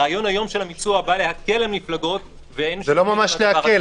הרעיון היום של המיצוע בא להקל על מפלגות --- זה לא ממש להקל.